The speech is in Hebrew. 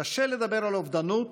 קשה לדבר על אובדנות,